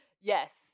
yes